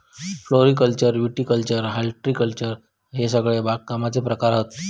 floriculture viticulture horticulture हयते सगळे बागकामाचे प्रकार हत